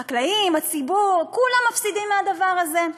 החקלאים, הציבור, כולם מפסידים מהדבר הזה.